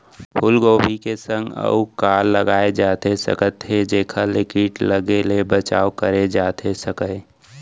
फूलगोभी के संग अऊ का लगाए जाथे सकत हे जेखर ले किट लगे ले बचाव करे जाथे सकय?